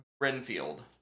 Renfield